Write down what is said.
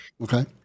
Okay